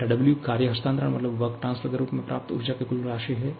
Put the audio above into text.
δW कार्य हस्तांतरण के रूप में प्राप्त ऊर्जा की कुल राशि है